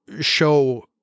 show